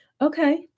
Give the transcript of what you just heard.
Okay